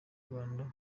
rwanda